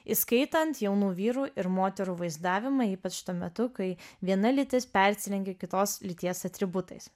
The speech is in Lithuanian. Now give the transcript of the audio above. įskaitant jaunų vyrų ir moterų vaizdavimą ypač tuo metu kai viena lytis persirengia kitos lyties atributais